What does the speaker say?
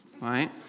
right